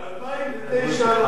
ב-2009,